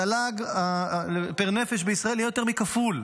התל"ג פר-נפש בישראל יהיה יותר מכפול.